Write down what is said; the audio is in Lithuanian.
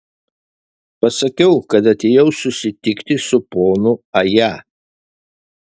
pasakiau kad atėjau susitikti su ponu aja